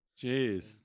Jeez